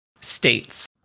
States